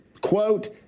quote